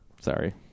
Sorry